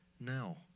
now